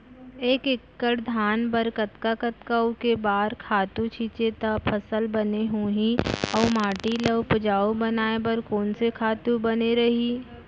एक एक्कड़ धान बर कतका कतका अऊ के बार खातू छिंचे त फसल बने होही अऊ माटी ल उपजाऊ बनाए बर कोन से खातू बने रही?